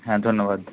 হ্যাঁ ধন্যবাদ